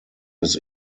his